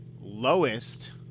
lowest